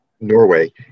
Norway